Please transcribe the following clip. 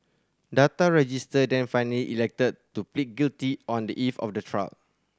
Data Register then finally elected to plead guilty on the eve of the trial